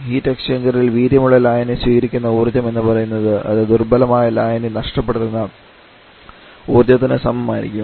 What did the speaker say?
ഒരു ഹീറ്റ് എക്സ്ചേഞ്ച്റിൽ വീര്യമുള്ള ലായനി സ്വീകരിക്കുന്ന ഊർജ്ജം എന്ന് പറയുന്നത് അത് ദുർബലമായ ലായനി നഷ്ടപ്പെടുത്തുന്ന ഊർജ്ജത്തിന് സമമായിരിക്കും